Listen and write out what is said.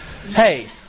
Hey